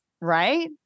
Right